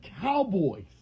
Cowboys